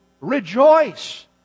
rejoice